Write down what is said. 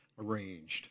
arranged